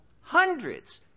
hundreds